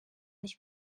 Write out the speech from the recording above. nicht